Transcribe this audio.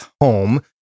home